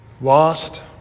lost